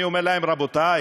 אני אומר להם: רבותי,